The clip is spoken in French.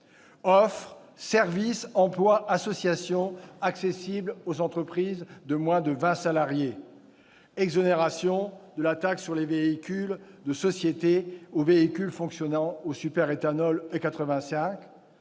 l'offre « service emploi association » accessible aux entreprises de moins de 20 salariés ; l'exonération de la taxe sur les véhicules de société pour les véhicules fonctionnant au superéthanol E85